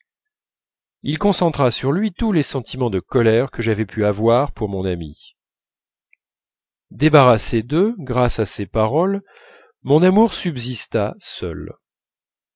il concentra sur lui tous les sentiments de colère que j'avais pu avoir pour mon amie débarrassé d'eux grâce à ces paroles mon amour subsista seul